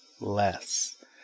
less